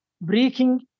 breaking